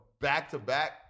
back-to-back